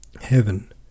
heaven